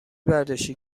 برداشتی